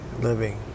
living